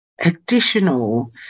additional